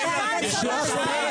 סליחה, מי נשען על המשותפת כחלק 60:60?